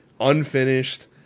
unfinished